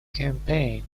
campaign